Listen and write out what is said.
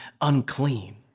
unclean